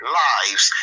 lives